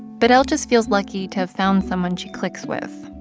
but l just feels lucky to have found someone she clicks with,